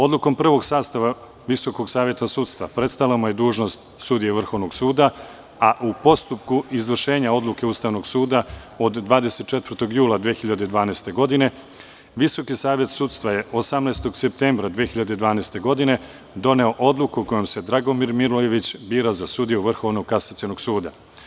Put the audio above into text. Odlukom Prvog sastava Visokog saveta sudstva prestala mu je dužnost sudije Vrhovnog suda, a u postupku izvršenja odluke Ustavnog suda od 24. jula 2012. godine Visoki savet sudstva je 18. septembra 2012. godine doneo odluku kojom se Dragomir Milojević bira za sudiju Vrhovnog kasacionog suda.